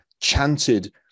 chanted